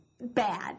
bad